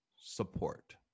support